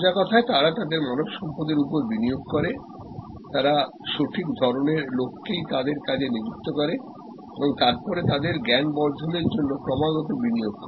সোজা কথায় তারা তাদের মানব সম্পদের উপর বিনিয়োগ করেতারা সঠিক ধরনের লোককেই তাদের কাজে যুক্ত করে এবং তারপরে তাদের জ্ঞান বর্ধনের জন্য ক্রমাগত বিনিয়োগ করে